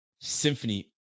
Symphony